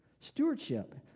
Stewardship